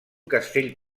castell